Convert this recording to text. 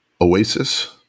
Oasis